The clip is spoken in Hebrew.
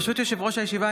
ברשות יושב-ראש הישיבה,